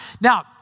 Now